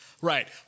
Right